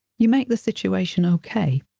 you make the situation ok.